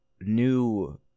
new